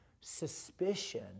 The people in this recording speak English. suspicion